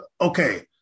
okay